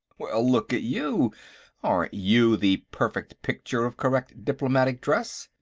well, look at you aren't you the perfect picture of correct diplomatic dress?